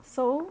so